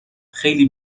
خیلی